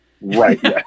Right